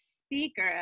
speaker